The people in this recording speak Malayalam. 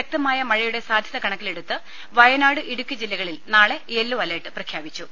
ശക്തമായ മഴയുടെ സാധ്യത കണക്കിലെടുത്ത് വയനാട് ഇടുക്കി ജില്ലകളിൽ നാളെ യെല്ലോ അലർട്ട് പ്രഖ്യാപിച്ചു